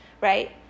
right